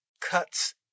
cuts